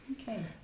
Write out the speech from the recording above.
Okay